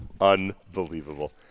Unbelievable